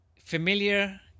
familiar